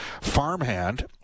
farmhand